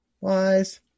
Wise